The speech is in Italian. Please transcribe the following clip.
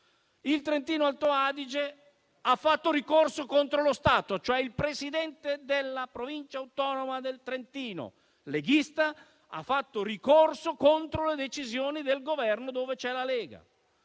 Il Trentino-Alto Adige ha fatto ricorso contro lo Stato, cioè il Presidente della Provincia autonoma del Trentino, leghista, ha fatto ricorso contro la decisione del Governo, dove c'è la Lega.